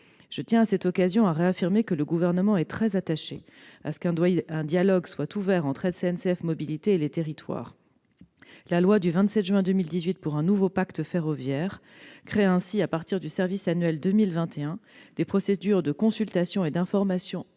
Je tiens à cette occasion à réaffirmer que le Gouvernement est très attaché à ce qu'un dialogue soit ouvert entre SNCF Mobilités et les territoires. La loi du 27 juin 2018 pour un nouveau pacte ferroviaire crée ainsi, à partir du service annuel 2021, des procédures de consultation et d'information obligatoires